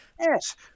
Yes